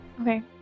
Okay